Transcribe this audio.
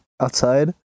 outside